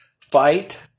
Fight